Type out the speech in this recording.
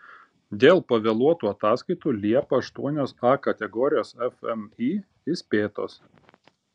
dėl pavėluotų ataskaitų liepą aštuonios a kategorijos fmį įspėtos